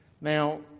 Now